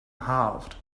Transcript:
halved